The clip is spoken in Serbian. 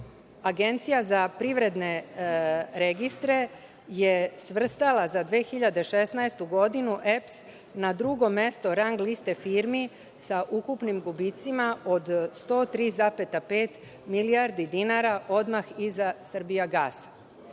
za privredne registre je svrstala, za 2016. godinu, EPS na drugo mesto rang liste firmi sa ukupnim gubicima od 103,5 milijarda dinara, odmah iza „Srbijagasa“.Takođe,